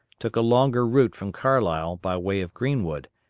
took a longer route from carlisle by way of greenwood,